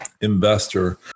investor